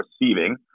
receiving